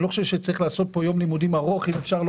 אני לא חושב שצריך לעשות פה יום לימודים